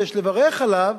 לברך עליו,